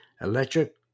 electric